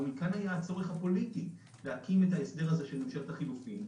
ומכאן היה הצורך הפוליטי להקים את ההסדר הזה של ממשלת החילופים,